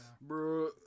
Bro